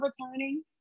returning